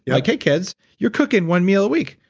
yeah okay, kids, you're cooking one meal a week,